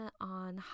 on